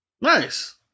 Nice